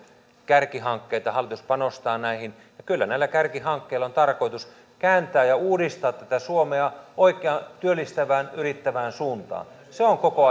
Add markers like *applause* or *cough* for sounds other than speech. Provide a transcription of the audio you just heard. kärkihankkeita hallitus panostaa näihin kyllä näillä kärkihankkeilla on tarkoitus kääntää ja uudistaa tätä suomea oikeaan työllistävään yrittävään suuntaan se on koko *unintelligible*